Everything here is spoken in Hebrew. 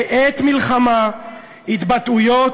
בעת מלחמה, התבטאויות,